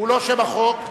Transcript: לא שם החוק,